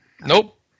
Nope